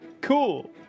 Cool